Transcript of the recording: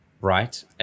Right